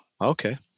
Okay